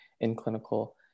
in-clinical